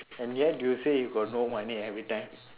and yet you say you got no money every time